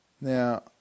Now